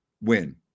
win